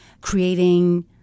creating